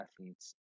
athletes